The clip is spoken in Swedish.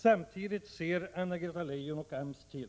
Samtidigt ser Anna-Greta Leijon och AMS till